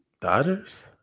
Dodgers